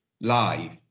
live